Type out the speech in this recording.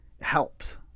helps